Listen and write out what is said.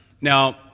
Now